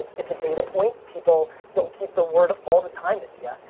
it's a data point. people don't keep their word all the time, india.